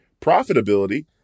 profitability